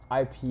IP